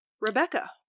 Rebecca